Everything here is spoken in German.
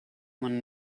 man